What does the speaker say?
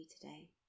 today